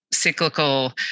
cyclical